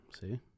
See